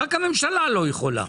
רק הממשלה לא יכולה,